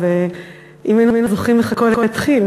ואם היינו זוכרים איך הכול התחיל,